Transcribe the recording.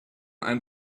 ein